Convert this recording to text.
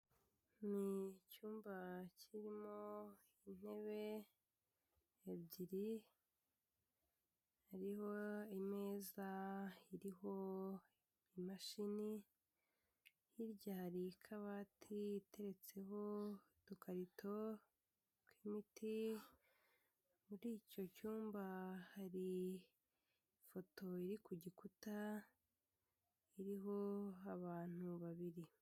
Ni icyumba kirimo intebe ebyiri, hariho imeza iriho imashini, hirya hari akabati iteretseho udukarito tw'imiti, muri icyo cyumba hari ifoto iri ku gikuta iriho abantu babiri.